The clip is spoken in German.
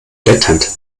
blätternd